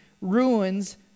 ruins